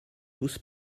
tous